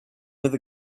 with